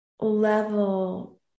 level